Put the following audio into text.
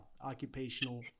occupational